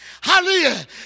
Hallelujah